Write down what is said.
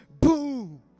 boom